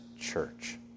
church